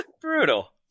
Brutal